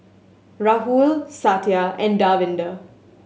Rahul Satya and Davinder